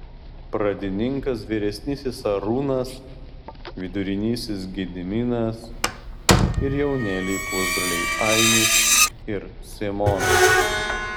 pradininkas vyresnysis arūnas vidurinysis gediminas ir jaunėliai pusbroliai ainis ir simonas